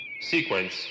sequence